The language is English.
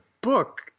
book